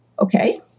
Okay